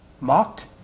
Mocked